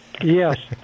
Yes